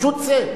פשוט צא.